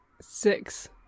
Six